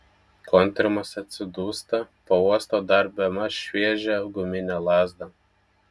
kontrimas atsidūsta pauosto dar bemaž šviežią guminę lazdą